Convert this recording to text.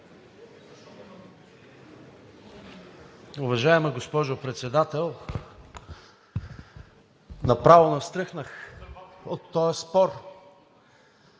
Уважаема госпожо Председател, направо настръхнах от този спор.